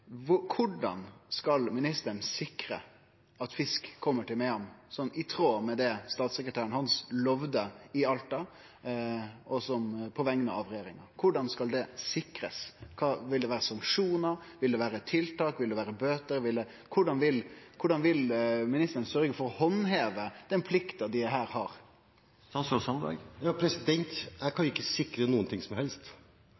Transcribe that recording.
Korleis skal ministeren sikre at fisk kjem til Mehamn i tråd med det statssekretæren hans lovde i Alta på vegner av regjeringa? Korleis skal det sikrast? Vil det vere sanksjonar? Vil det vere tiltak? Vil det vere bøter? Korleis vil ministeren sørgje for å handheve den plikta dei her har?